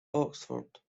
oxford